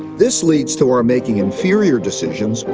this leads to our making inferior decisions,